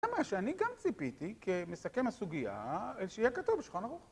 זה מה שאני גם ציפיתי כמסכם הסוגיה, אל שיהיה כתוב בשולחן ערוך.